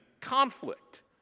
conflict